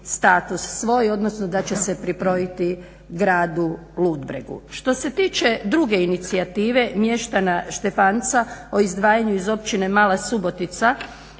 status svoj odnosno da će pripojiti gradu Ludbregu. Što se tiče druge inicijative mještana Štefanca o izdvajanju iz općine Mala Subotica